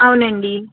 అవునండి